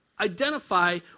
identify